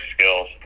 skills